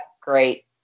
great